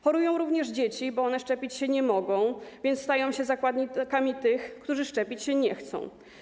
Chorują również dzieci, bo one szczepić się nie mogą, więc stają się zakładnikami tych, którzy szczepić się nie chcą.